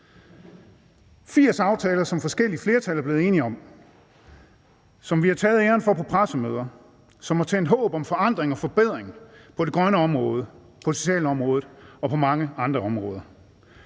80 aftaler, som forskellige flertal er blevet enige om, som vi har taget æren for på pressemøder, og som har tændt et håb om forandring og forbedring på det grønne område, på det sociale område og på mange andre områder.